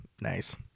nice